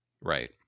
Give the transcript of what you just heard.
right